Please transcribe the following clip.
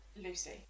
Lucy